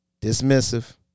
dismissive